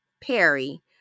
Perry